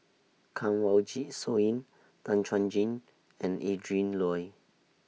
Kanwaljit Soin Tan Chuan Jin and Adrin Loi